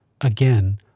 Again